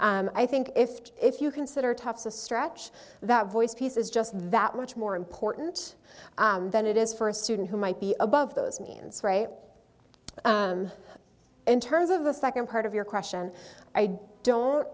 i think if if you consider toughs a stretch that voice piece is just that much more important than it is for a student who might be above those means ray in terms of the second part of your question i don't